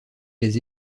les